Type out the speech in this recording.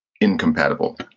incompatible